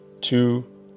two